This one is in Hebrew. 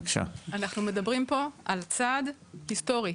אנחנו מדברים פה על צעד היסטורי,